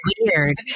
weird